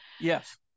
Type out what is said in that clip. Yes